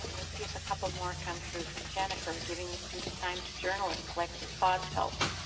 let's see if a couple more come through. from jennifer, giving the students time to journal and collect their thoughts helps.